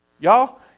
Y'all